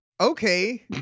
okay